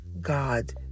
god